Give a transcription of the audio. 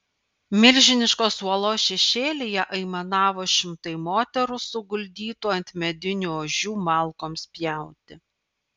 milžiniškos uolos šešėlyje aimanavo šimtai moterų suguldytų ant medinių ožių malkoms pjauti